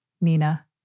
Nina